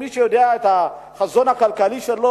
מי שיודע את החזון הכלכלי שלו,